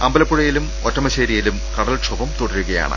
അമ്പലപ്പുഴയിലും ഒറ്റമശ്ശേരിയിലും കടൽക്ഷോഭവും തുടരുകയാണ്